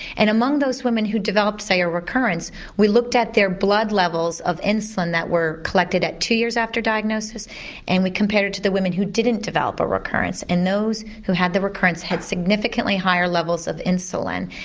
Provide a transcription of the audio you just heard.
and among those women who developed say a recurrence we looked at their blood levels of insulin that were collected at two years after diagnosis and we compared it to the women who didn't develop a recurrence and those who had the recurrence had significantly higher levels of insulin.